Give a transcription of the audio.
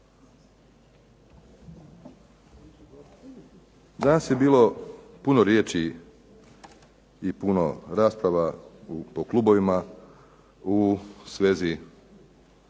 Danas je bilo puno riječi i puno rasprava po klubovima u svezi